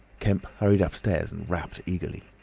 kemp hurried upstairs and rapped eagerly.